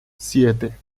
siete